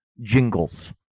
jingles